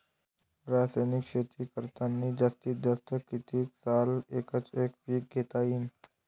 रासायनिक शेती करतांनी जास्तीत जास्त कितीक साल एकच एक पीक घेता येईन?